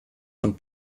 von